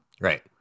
Right